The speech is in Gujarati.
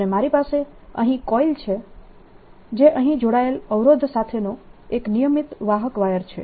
અને મારી પાસે અહીં કોઇલ છે જે અહીં જોડાયેલ અવરોધ સાથેનો એક નિયમિત વાહક વાયર છે